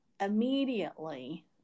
immediately